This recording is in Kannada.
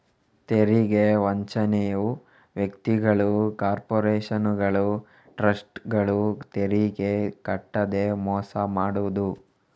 ತೆರಿಗೆ ವಂಚನೆಯು ವ್ಯಕ್ತಿಗಳು, ಕಾರ್ಪೊರೇಷನುಗಳು, ಟ್ರಸ್ಟ್ಗಳು ತೆರಿಗೆ ಕಟ್ಟದೇ ಮೋಸ ಮಾಡುದು